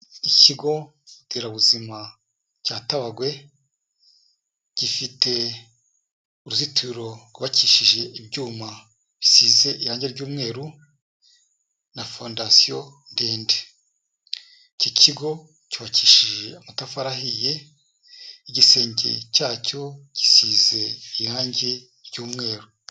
Ikigo nderabuzima cya Tabagwe gifite uruzitiro rwubakishije ibyuma bisize irange ry'umweru na fondasiyo ndende, iki kigo cyubakishije amatafari ahiye, igisenge cyacyo gisize irangi ry'umweru.